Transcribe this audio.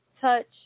touch